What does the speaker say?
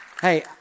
Hey